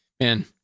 man